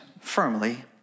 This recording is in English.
firmly